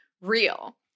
Real